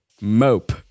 mope